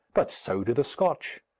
but so do the scotch.